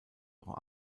auch